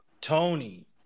Tony